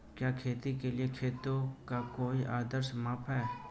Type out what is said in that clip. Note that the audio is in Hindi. क्या खेती के लिए खेतों का कोई आदर्श माप है?